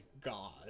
god